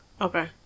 Okay